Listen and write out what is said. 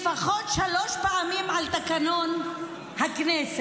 לפחות שלוש פעמים על תקנון הכנסת.